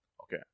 Okay